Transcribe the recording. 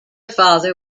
father